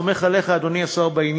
גם לך, אדוני, מוקצות חמש דקות.